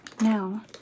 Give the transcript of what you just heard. now